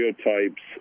stereotypes